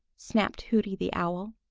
snapped hooty the owl.